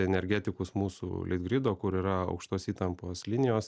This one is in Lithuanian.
energetikus mūsų litgrido kur yra aukštos įtampos linijos